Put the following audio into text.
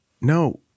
No